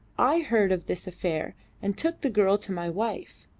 i heard of this affair and took the girl to my wife.